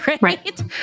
right